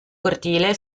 cortile